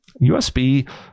USB